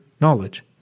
knowledge